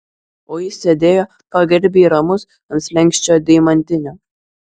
o jis sėdėjo pagarbiai ramus ant slenksčio deimantinio